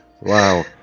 Wow